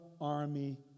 army